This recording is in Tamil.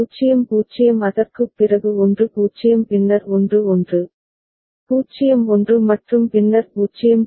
0 0 அதற்குப் பிறகு 1 0 பின்னர் 1 1 0 1 மற்றும் பின்னர் 0 0